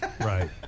right